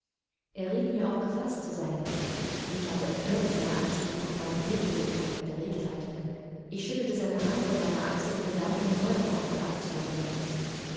er riet mir auch gefaßt zu sein mich aber empörte seine anspielung auf meine hilflosigkeit und erregtheit ich schüttelte seine hand von meiner achsel und begann von neuem auf und